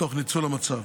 תוך ניצול המצב,